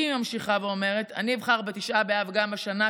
היא ממשיכה ואומרת: אני אבחר בתשעה באב גם השנה,